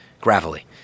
gravelly